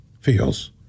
feels